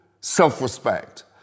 self-respect